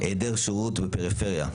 היעדר שירות בפריפריה,